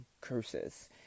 curses